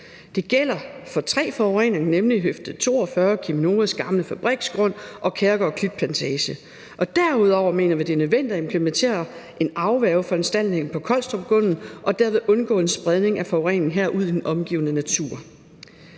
Det gælder for tre forureninger, nemlig Høfde 42, Cheminovas gamle fabriksgrund og Kærgård Klitplantage. Derudover mener vi, at det er nødvendigt at implementere en afværgeforanstaltning på Collstrupgrunden og derved undgå en spredning af forurening herfra ud i den omgivende natur.